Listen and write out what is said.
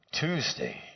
Tuesday